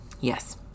Yes